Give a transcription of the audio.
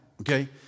okay